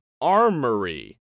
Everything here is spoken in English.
armory